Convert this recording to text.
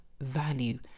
value